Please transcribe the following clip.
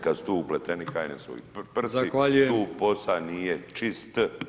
Kad su tu upleteni HNS-ovi prsti [[Upadica: Zahvaljujem.]] tu posa nije čist.